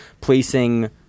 placing